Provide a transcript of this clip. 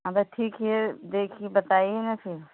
हाँ तो ठीक ही है देखिए बताइए ना फिर